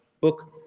book